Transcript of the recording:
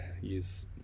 use